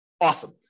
Awesome